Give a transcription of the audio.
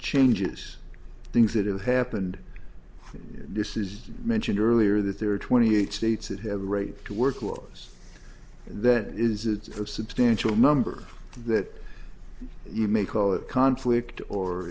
changes things that happened this is mentioned earlier that there are twenty eight states that have a right to work laws that is it's a substantial number that you may call it conflict or